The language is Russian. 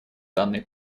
данный